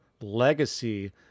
legacy